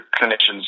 clinicians